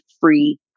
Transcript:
free